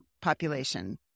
population